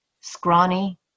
scrawny